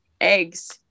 eggs